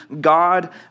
God